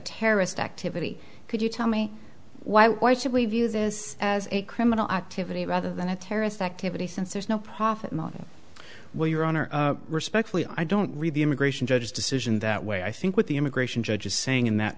terrorist activity could you tell me why why should we view this as a criminal activity rather than a terrorist activity since there's no profit motive well your honor respectfully i don't read the immigration judge's decision that way i think with the immigration judge is saying in that